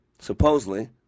supposedly